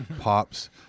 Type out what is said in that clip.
Pops